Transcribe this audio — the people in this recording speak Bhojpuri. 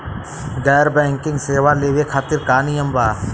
गैर बैंकिंग सेवा लेवे खातिर का नियम बा?